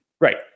Right